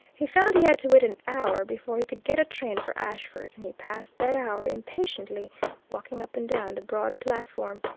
he found he had to wait an hour before he could get a train for ashford, and he passed that hour impatiently walking up and down the broad platform.